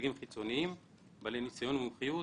מנציגים חיצוניים בעלי ניסיון ומומחיות.